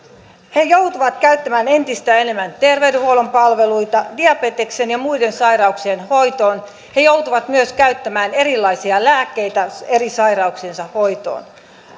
he joutuvat käyttämään entistä enemmän terveydenhuollon palveluita diabeteksen ja muiden sairauksien hoitoon he joutuvat myös käyttämään erilaisia lääkkeitä eri sairauksiensa hoitoon